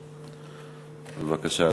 בבקשה.